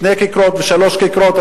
שתי כיכרות ושלוש כיכרות,